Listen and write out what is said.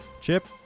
Chip